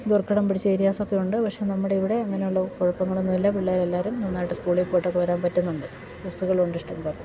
ദുർഘടം പിടിച്ച ഏരിയാസൊക്കെ ഉണ്ട് പക്ഷെ നമ്മുടെ ഇവിടെ അങ്ങനെയുള്ള കുഴപ്പങ്ങളൊന്നുമില്ല പിള്ളേരെല്ലാവരും നന്നായിട്ട് സ്കൂളിൽ പോയിട്ടൊക്കെ വരാൻ പറ്റുന്നുണ്ട് ബസ്സുകളുണ്ട് ഇഷ്ടം പോലെ